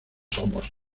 somos